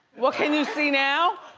well, can you see now?